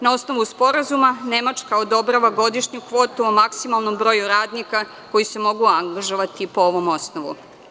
Na osnovu Sporazuma, Nemačka odobrava godišnju kvotu o maksimalnom broju radnika koji se mogu angažovati po ovom osnovu.